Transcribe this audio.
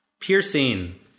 piercing